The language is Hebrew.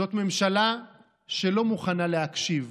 זאת ממשלה שלא מוכנה להקשיב,